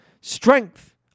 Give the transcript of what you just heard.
strength